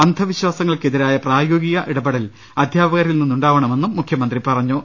അന്ധവിശ്വാസങ്ങൾക്കെതിരായ പ്രായോഗിക ഇടപെടൽ അധ്യാ പകരിൽ നിന്നുണ്ടാവണമെന്നും മുഖ്യമന്ത്രി പറഞ്ഞു